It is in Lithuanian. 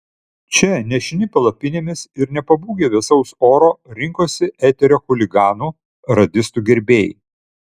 čia nešini palapinėmis ir nepabūgę vėsaus oro rinkosi eterio chuliganų radistų gerbėjai